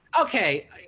Okay